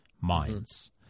minds